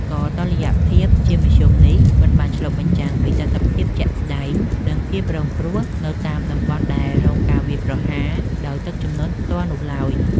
ក៏តុល្យភាពជាមធ្យមនេះមិនបានឆ្លុះបញ្ចាំងពីតថភាពជាក់ស្តែង និងភាពរងគ្រោះនៅតាមតំបន់ដែលរងការវាយប្រហារដោយទឹកជំនន់ផ្ទាល់នោះឡើយ។